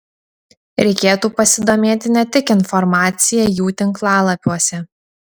reikėtų pasidomėti ne tik informacija jų tinklalapiuose